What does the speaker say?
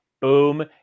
Boom